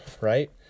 right